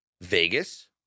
Vegas